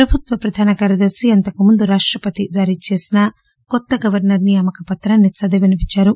ప్రభుత్వ ప్రధాన కార్యదర్ని అంతకుముందు రాష్రపతి జారీ చేసిన కోత్త గవర్నర్ నియామక పత్రాన్ని చదివి వినిపించారు